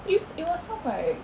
it it was some like